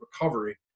recovery